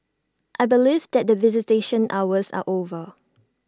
I believe that visitation hours are over